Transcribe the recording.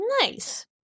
Nice